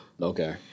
Okay